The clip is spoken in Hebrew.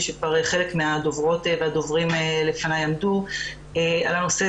כבר חלק מהדוברות והדוברים לפני עמדו עליו,